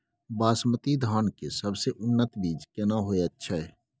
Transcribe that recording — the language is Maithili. बासमती धान के सबसे उन्नत बीज केना होयत छै?